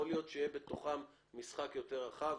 יכול להיות שבתוכם יהיה משחק יותר רחב.